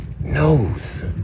knows